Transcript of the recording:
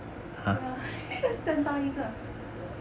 so standby 一个